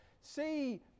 see